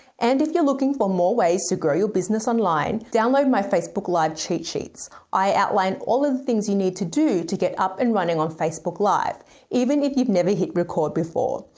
and if you're looking for more ways to grow your business online, download my facebook live cheat sheets. i outline all of the things you need to do to get up and running on facebook live even if you've never hit record before.